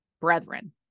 brethren